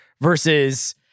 versus